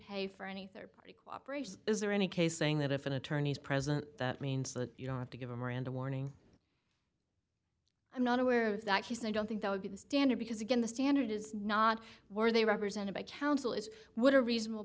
pay for any rd party cooperation is there any case saying that if an attorney is present that means that you don't have to give a miranda warning i'm not aware of that he said i don't think that would be the standard because again the standard is not were they represented by counsel is would a reasonable